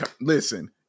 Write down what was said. Listen